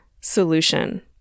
solution